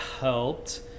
helped